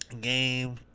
Game